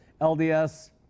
LDS